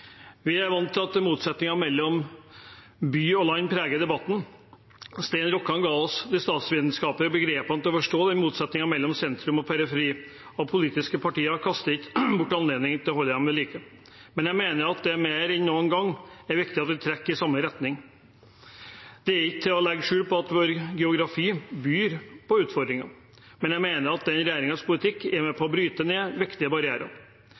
Vi er vant til at motsetningen mellom by og land preger debatten. Stein Rokkan ga oss de statsvitenskapelige begrepene for å forstå den motsetningen mellom sentrum og periferi, og politiske partier kaster ikke bort anledningen til å holde dem ved like. Men jeg mener at det mer enn noen gang er viktig at vi trekker i samme retning. Det er ikke til å legge skjul på at vår geografi byr på utfordringer, men jeg mener at denne regjeringens politikk er med på å bryte ned viktige barrierer.